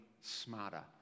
smarter